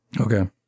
Okay